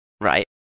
Right